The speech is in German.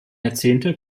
jahrzehnte